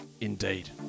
Indeed